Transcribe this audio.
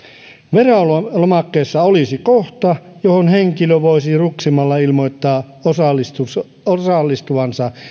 verolomakkeessa olisi kohta johon henkilö voisi ruksimalla ilmoittaa osallistuvansa osallistuvansa